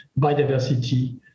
biodiversity